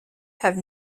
have